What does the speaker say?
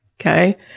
Okay